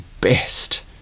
best